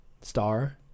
star